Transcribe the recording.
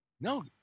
No